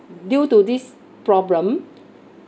due to this problem